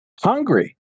hungry